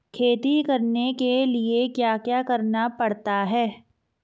खेती करने के लिए क्या क्या करना पड़ता है?